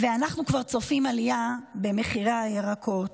ואנחנו כבר צופים עלייה במחירי הירקות.